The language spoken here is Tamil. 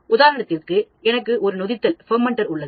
உதாரணத்திற்குஎனக்கு ஒரு நொதித்தல் உள்ளது